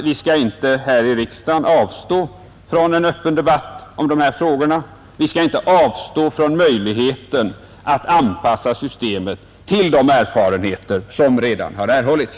Vi bör inte här i kammaren avstå från en öppen debatt om dessa frågor; vi skall inte avstå från möjligheten att anpassa systemet till de erfarenheter som redan har vunnits.